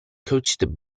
coached